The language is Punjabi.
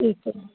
ਠੀਕ ਐ